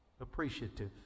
appreciative